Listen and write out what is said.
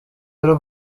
y’u